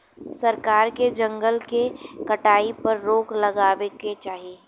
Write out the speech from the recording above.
सरकार के जंगल के कटाई पर रोक लगावे क चाही